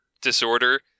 disorder